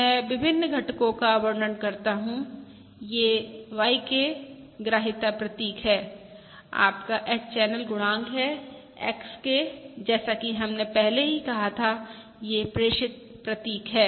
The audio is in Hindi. मै विभिन्न घटकों का वर्णन करता हूँ यह YK ग्राही प्रतीक है आपका h चैनल गुणांक है XK जैसा कि हमने पहले ही कहा था यह प्रेषित प्रतीक है